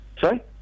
Sorry